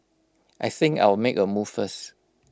I think I'll make A move first